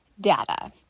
data